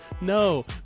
no